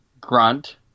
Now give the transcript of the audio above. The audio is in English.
Grunt